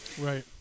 Right